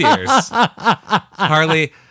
Harley